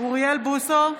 אוריאל בוסו,